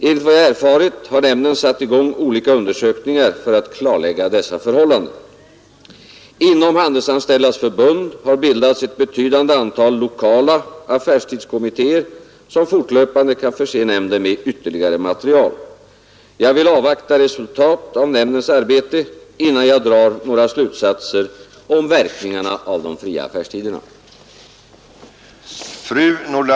Enligt vad jag erfarit har nämnden satt i gång olika undersökningar för att klarlägga dessa förhållanden. Inom Handelsanställdas förbund har bildats ett betydande antal olika affärstidskommittéer, som fortlöpande kan förse nämnden med ytterligare material. Jag vill avvakta resultat av nämndens arbete innan jag drar några slutsatser om verkningarna av de fria affärstiderna.